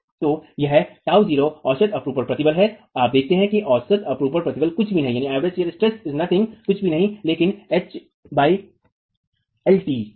तो यहां τ0 औसत अपरूपण प्रतिबल है और आप देखते हैं कि औसत अपरूपण प्रतिबल कुछ भी नहीं है लेकिन एच एलटी है